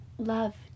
love